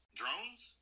drones